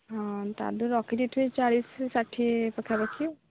ହଁ ତା' ଦେହରୁ ରଖି ଦେଇଥିବେ ଚାଳିଶ ରୁ ଷାଠିଏ ପାଖାପାଖି ଆଉ